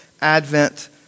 advent